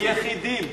קיומם הלאומי.